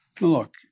Look